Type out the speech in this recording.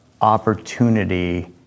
opportunity